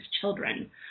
Children